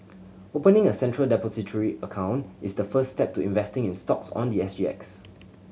opening a Central Depository account is the first step to investing in stocks on the S G X